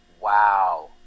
Wow